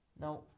Now